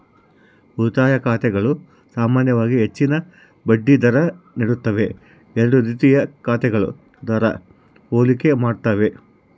ಉಳಿತಾಯ ಖಾತೆಗಳು ಸಾಮಾನ್ಯವಾಗಿ ಹೆಚ್ಚಿನ ಬಡ್ಡಿ ದರ ನೀಡುತ್ತವೆ ಎರಡೂ ರೀತಿಯ ಖಾತೆಗಳ ದರ ಹೋಲಿಕೆ ಮಾಡ್ತವೆ